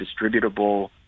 distributable